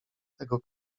tego